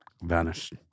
Vanished